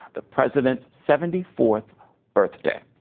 the president's seventy fourth birthday.